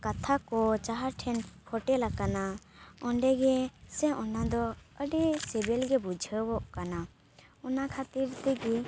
ᱠᱟᱛᱷᱟ ᱠᱚ ᱡᱟᱦᱟᱸ ᱴᱷᱮᱱ ᱯᱷᱳᱴᱮᱱ ᱟᱠᱟᱱᱟ ᱚᱰᱮᱜᱮ ᱥᱮ ᱚᱱᱟᱫᱚ ᱟᱹᱰᱤ ᱥᱤᱵᱤᱞ ᱜᱮ ᱵᱩᱡᱷᱟᱹᱣᱚᱜ ᱠᱟᱱᱟ ᱚᱱᱟ ᱠᱷᱟᱹᱛᱤᱨ ᱛᱮᱜᱤ